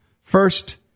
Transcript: First